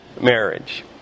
marriage